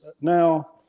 now